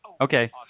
Okay